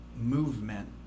movement